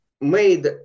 made